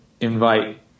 invite